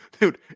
dude